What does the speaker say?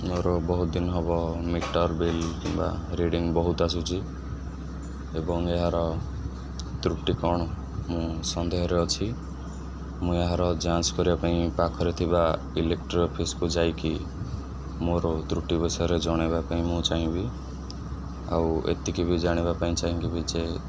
ମୋର ବହୁତ ଦିନ ହେବ ମିଟର୍ ବିଲ୍ କିମ୍ବା ରିଡ଼ିଂ ବହୁତ ଆସୁଛି ଏବଂ ଏହାର ତ୍ରୁଟି କ'ଣ ମୁଁ ସନ୍ଦେହରେ ଅଛି ମୁଁ ଏହାର ଯାଞ୍ଚ କରିବା ପାଇଁ ପାଖରେ ଥିବା ଇଲେକ୍ଟ୍ରି ଅଫିସ୍କୁ ଯାଇକି ମୋର ତ୍ରୁଟି ବିଷୟରେ ଜଣେଇବା ପାଇଁ ମୁଁ ଚାହିଁବି ଆଉ ଏତିକି ବି ଜାଣିବା ପାଇଁ ଚାହିଁବି ଯେ